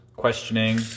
questioning